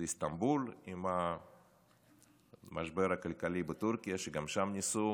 איסטנבול, עם המשבר הכלכלי בטורקיה, גם שם ניסו